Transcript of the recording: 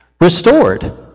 restored